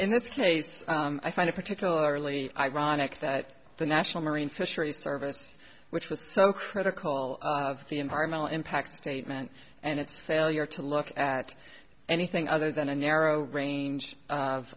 in this case i find it particularly ironic that the national marine fisheries service which was so critical of the environmental impact statement and its failure to look at anything other than a narrow range of